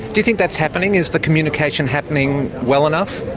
do you think that's happening? is the communication happening well enough?